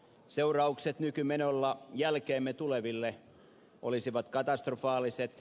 seuraukset nykymenolla jälkeemme tuleville olisivat katastrofaaliset